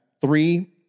three